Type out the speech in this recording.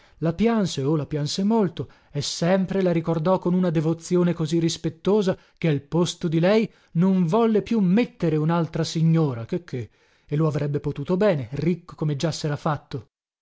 la pianse oh la pianse molto e sempre la ricordò con una devozione così rispettosa che al posto di lei non volle più mettere unaltra signora che che e lo avrebbe potuto bene ricco come già sera fatto